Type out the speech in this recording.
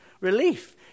relief